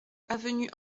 avenue